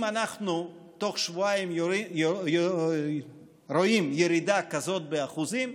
אם אנחנו תוך שבועיים רואים ירידה כזאת באחוזים,